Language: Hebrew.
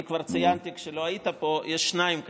אני כבר ציינתי, כשלא היית פה, שיש שניים כאלה.